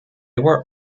were